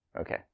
Okay